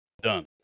done